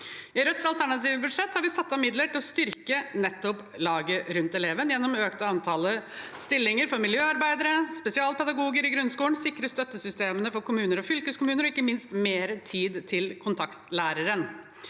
I Rødts alternative budsjett har vi satt av midler til å styrke nettopp laget rundt eleven gjennom å øke antall stillinger for miljøarbeidere og spesialpedagoger i grunnskolen, sikre støttesystemene for kommuner og fylkeskommuner og ikke minst mer tid til kontaktlæreren.